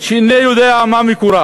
שאינני יודע מה מקורה